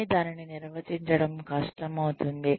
కానీ దానిని నిర్వచించడం కష్టం అవుతుంది